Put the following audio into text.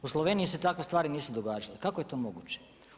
U Sloveniji se takve stvari nisu događale, kako je to moguće?